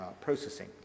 processing